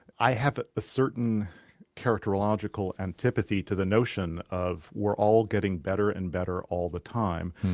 i have a certain characterological antipathy to the notion of we're all getting better and better all the time.